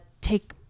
take